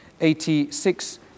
86